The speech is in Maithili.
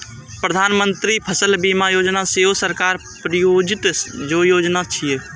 प्रधानमंत्री फसल बीमा योजना सेहो सरकार प्रायोजित योजना छियै